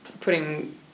putting